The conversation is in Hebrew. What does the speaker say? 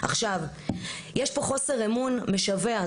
עכשיו יש פה חוסר אמון משווע,